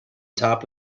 top